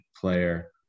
player